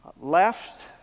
left